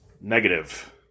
negative